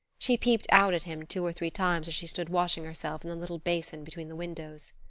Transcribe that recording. she peeped out at him two or three times as she stood washing herself in the little basin between the windows.